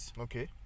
Okay